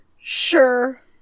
Sure